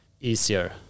easier